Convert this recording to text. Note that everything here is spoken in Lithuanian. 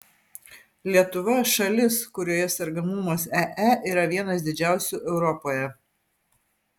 lietuva šalis kurioje sergamumas ee yra vienas didžiausių europoje